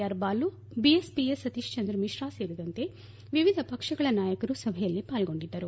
R Balu ಬಿಎಸ್ಪಿಯ ಸತೀಶ್ ಚಂದ್ರ ಮಿಶ್ರಾ ಸೇರಿದಂತೆ ವಿವಿಧ ಪಕ್ಷಗಳ ನಾಯಕರು ಸಭೆಯಲ್ಲಿ ಪಾಲ್ಲೊಂಡಿದ್ದರು